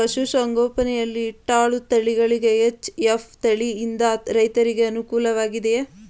ಪಶು ಸಂಗೋಪನೆ ಯಲ್ಲಿ ಇಟ್ಟಳು ತಳಿಗಳಲ್ಲಿ ಎಚ್.ಎಫ್ ತಳಿ ಯಿಂದ ರೈತರಿಗೆ ಅನುಕೂಲ ವಾಗಿದೆಯೇ?